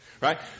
right